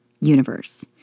universe